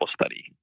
study